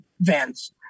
vans